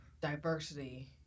diversity